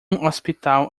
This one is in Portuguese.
hospital